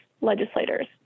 legislators